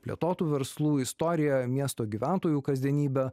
plėtotų verslų istoriją miesto gyventojų kasdienybę